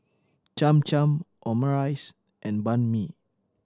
Cham Cham Omurice and Banh Mi